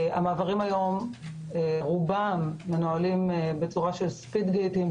המעברים היום מנוהלים ברובם בצורה של speed gating,